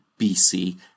BC